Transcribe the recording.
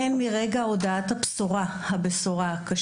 הן מרגע הודעת הבשורה הקשה,